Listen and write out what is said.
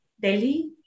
Delhi